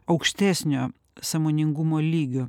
aukštesnio sąmoningumo lygio